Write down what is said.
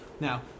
now